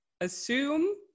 assume